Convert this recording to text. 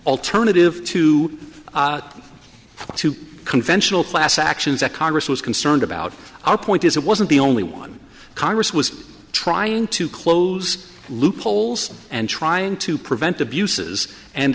alternative to two conventional class actions that congress was concerned about our point is it wasn't the only one congress was trying to close loopholes and trying to prevent abuses and